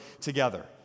together